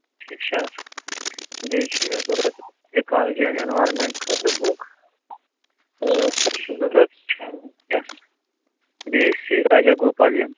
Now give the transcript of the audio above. ٹھیٖک چھا حظ بیٚیہِ چھِ مےٚ ضوٚرَتھ ایٚکالجی اینڈ اٮ۪نوارمٮ۪نٛٹ خٲطرٕ بُک تہٕ سۄ چھِ ضوٚرَتھ فیملی بیٚیہِ سی راجا گوپالین